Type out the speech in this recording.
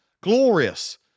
glorious